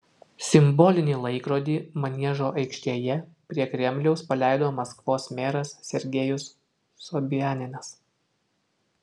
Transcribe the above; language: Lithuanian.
simbolinį laikrodį maniežo aikštėje prie kremliaus paleido maskvos meras sergejus sobianinas